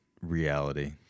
reality